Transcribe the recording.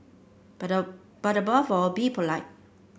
but but above all be polite